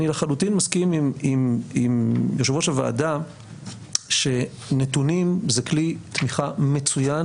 אני לחלוטין עם יושב-ראש הוועדה שנתונים זה כלי תמיכה מצוין